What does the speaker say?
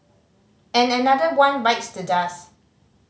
and another one bites the dust